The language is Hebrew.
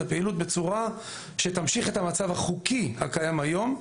הפעילות בצורה שתמשיך את המצב החוקי הקיים היום,